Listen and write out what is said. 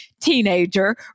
teenager